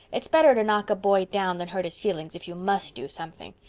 it's better to knock a boy down than hurt his feelings if you must do something.